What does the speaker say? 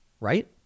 right